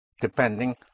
depending